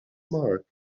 mark